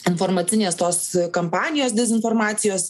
informacinės tos kampanijos dezinformacijos